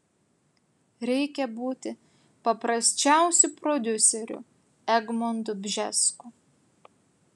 reikia būti paprasčiausiu prodiuseriu egmontu bžesku